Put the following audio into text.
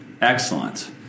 excellent